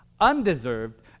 undeserved